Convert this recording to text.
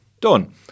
Done